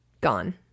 gone